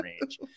range